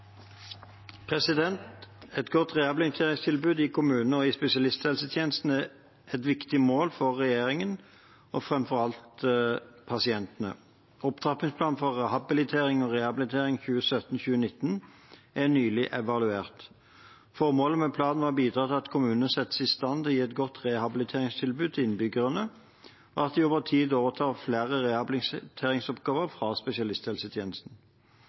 et viktig mål for regjeringen og framfor alt for pasientene. Opptrappingsplanen for habilitering og rehabilitering 2017–2019 er nylig evaluert. Formålet med planen var å bidra til at kommunene settes i stand til å gi et godt rehabiliteringstilbud til innbyggerne, og at de over tid overtar flere rehabiliteringsoppgaver fra spesialisthelsetjenesten. Jeg er kjent med at det er geografiske forskjeller i rehabiliteringstilbudet i den kommunale helse- og omsorgstjenesten og i spesialisthelsetjenesten.